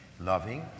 Loving